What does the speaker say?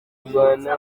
rwanda